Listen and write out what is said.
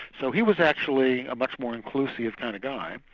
so he was actually a much more inclusive kind of guy.